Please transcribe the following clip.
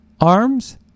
Arms